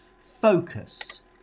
focus